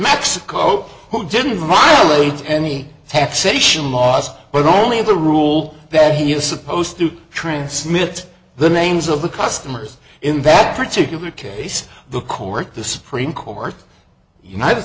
mexico who didn't mind really any taxation laws but only in the rule that he was supposed to transmit the names of the customers in that particular case the court the supreme court united